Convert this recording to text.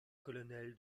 colonel